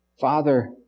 Father